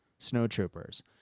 Snowtroopers